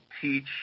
teach –